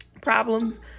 problems